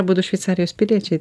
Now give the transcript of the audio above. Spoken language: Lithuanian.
abudu šveicarijos piliečiai